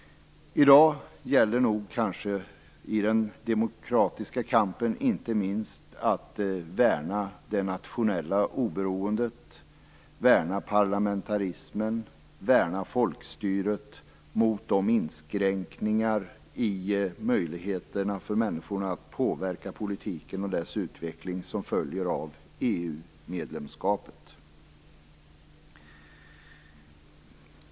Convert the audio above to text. I dag gäller i den demokratiska kampen inte minst att värna det nationella oberoendet, parlamentarismen och folkstyret mot de inskränkningar i möjligheterna för människorna att påverka politiken och dess utformning som följer av EU-medlemskapet.